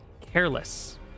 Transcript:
careless